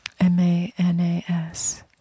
M-A-N-A-S